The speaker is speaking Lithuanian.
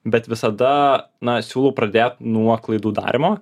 bet visada na siūlau pradėt nuo klaidų darymo